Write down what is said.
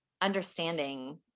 understanding